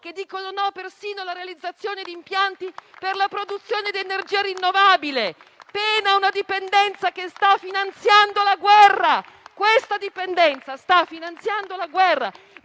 che dicono «no» persino alla realizzazione di impianti per la produzione di energia rinnovabile, pena una dipendenza che sta finanziando la guerra. Questa dipendenza sta finanziando la guerra.